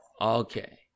Okay